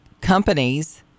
companies